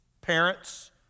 Parents